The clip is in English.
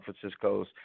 francisco's